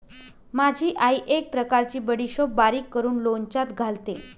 माझी आई एक प्रकारची बडीशेप बारीक करून लोणच्यात घालते